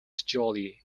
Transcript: joli